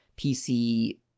PC